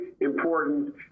important